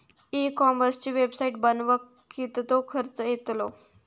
E कॉमर्सची website बनवक किततो खर्च येतलो?